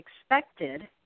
expected